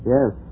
Yes